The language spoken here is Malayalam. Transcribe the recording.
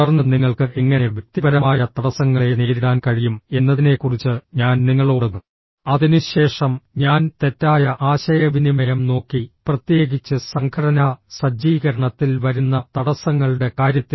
തുടർന്ന് നിങ്ങൾക്ക് എങ്ങനെ വ്യക്തിപരമായ തടസ്സങ്ങളെ നേരിടാൻ കഴിയും എന്നതിനെക്കുറിച്ച് ഞാൻ നിങ്ങളോട് അതിനുശേഷം ഞാൻ തെറ്റായ ആശയവിനിമയം നോക്കി പ്രത്യേകിച്ച് സംഘടനാ സജ്ജീകരണത്തിൽ വരുന്ന തടസ്സങ്ങളുടെ കാര്യത്തിൽ